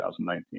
2019